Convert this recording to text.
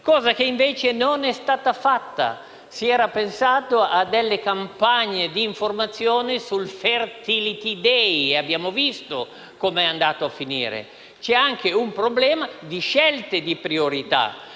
bambini. Ciò non è stato fatto; si era pensato a campagne di informazione sul *fertility day* e abbiamo visto come è andata a finire. C'è anche un problema di scelte di priorità